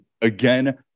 again